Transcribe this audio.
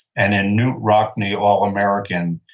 and in knute rockne, all american.